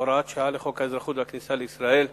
הוראת שעה לחוק האזרחות והכניסה לישראל.